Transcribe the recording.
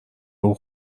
اون